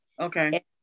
okay